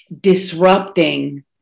disrupting